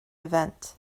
event